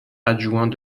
adjoint